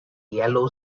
yellow